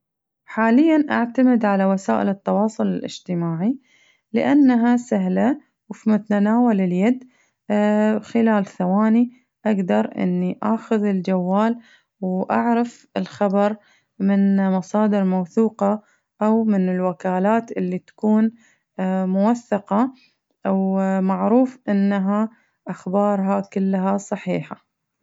حالياً أعتمد على وسائل التواصل الاجتماعي لأنها سهلة وفي متناول اليد خلال ثواني أقدر أني آخذ الجوال وأعرف الخبر من مصادر موثوقة أو من الوكالات اللي تكون موثقة ومعروف إنها أخبارها كلها صحيحة.